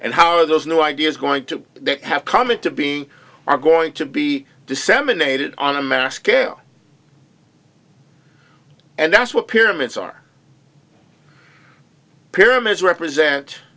and how are those new ideas going to have come into being are going to be disseminated on a mass scale and that's what pyramids are pyramids represent